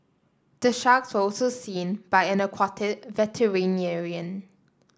the sharks were also seen by an aquatic veterinarian